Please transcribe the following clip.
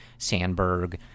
sandberg